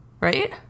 right